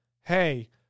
hey